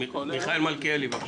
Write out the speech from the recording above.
מיכאל מלכיאלי, בבקשה.